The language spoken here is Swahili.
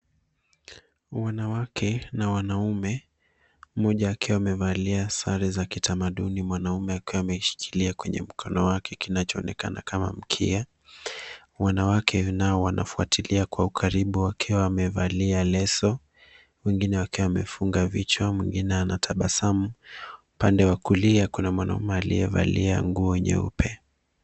Wanawake na wanaume mmoja akiwa amevalia sare za kitamaduni mwanaume akiwa ameshikilia mkono yake kinachoonekana kama mkia. Wanawake nao wanafuatilia kwa ukaribu wakiwa wamevalia leso wengine wakiwa wamefunga vichwa mwengine anatabasamu. Upande wa kulia kuna mwanaume aliyevalia nguo nyeupe.